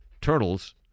turtles